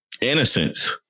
Innocence